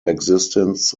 existence